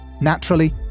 Naturally